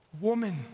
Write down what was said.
Woman